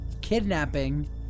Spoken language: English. kidnapping